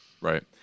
Right